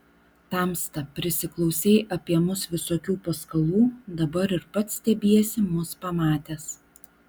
tamsta prisiklausei apie mus visokių paskalų dabar ir pats stebiesi mus pamatęs